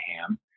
ham